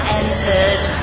entered